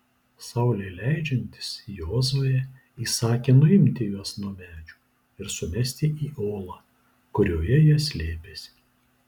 saulei leidžiantis jozuė įsakė nuimti juos nuo medžių ir sumesti į olą kurioje jie slėpėsi